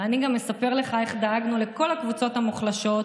ואני גם אספר לך איך דאגנו לכל הקבוצות המוחלשות,